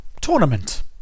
tournament